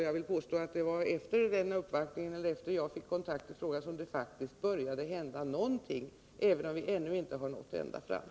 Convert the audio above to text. Jag vill påstå att det var efter det att jag fick kontakt med frågan som det faktiskt började hända någonting, även om vi ännu inte Nr 37 nått ända fram.